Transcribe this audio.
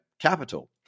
capital